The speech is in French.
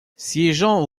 siégeant